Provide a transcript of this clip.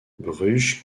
bruges